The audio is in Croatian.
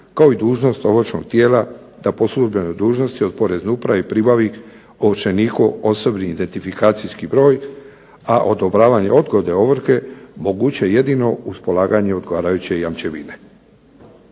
kao i dužnost ovršnog tijela da po službenoj dužnosti od POrezne uprave pribavi ovršenikov OIB a odobravanje odgode ovrhe moguće je jedino uz polaganje odgovarajuće jamčevine.